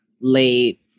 late